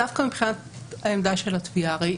דווקא מבחינת העמדה של התביעה, הרי